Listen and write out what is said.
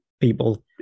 people